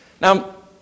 Now